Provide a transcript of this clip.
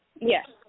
Yes